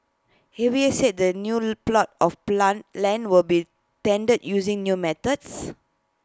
A V A said the new plots of plan land will be tendered using new methods